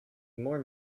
more